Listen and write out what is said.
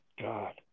God